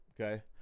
Okay